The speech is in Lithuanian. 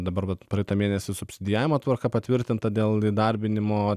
dabar vat praeitą mėnesį subsidijavimo tvarka patvirtinta dėl įdarbinimo